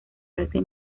parte